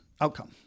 Outcome